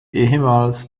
ehemals